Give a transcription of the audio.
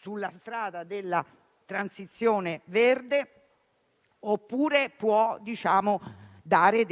climatici, della transizione verde, oppure può dare